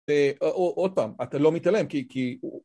עוד פעם, אתה לא מתעלם כי...